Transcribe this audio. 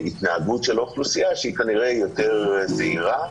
ההתנהגות של האוכלוסייה, שהיא כנראה יותר זהירה,